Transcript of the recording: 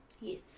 Yes